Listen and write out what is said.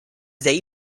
they